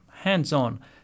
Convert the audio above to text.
hands-on